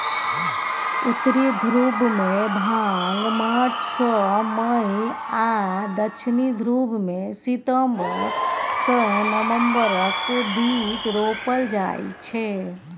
उत्तरी ध्रुबमे भांग मार्च सँ मई आ दक्षिणी ध्रुबमे सितंबर सँ नबंबरक बीच रोपल जाइ छै